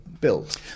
built